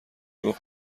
گفت